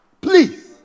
please